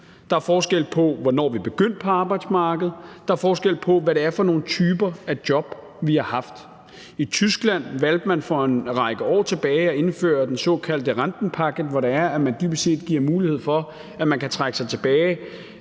Der er forskel på, hvornår vi er begyndt på arbejdsmarkedet, der er forskel på, hvad det er for nogle typer af job, vi har haft. I Tyskland valgte man for en række år tilbage at indføre den såkaldte Rentenpaket, hvor man dybest set giver mulighed for at kunne trække sig tilbage